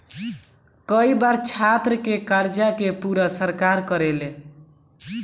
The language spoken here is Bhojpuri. कई बार छात्र के कर्जा के पूरा सरकार करेले